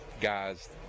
guys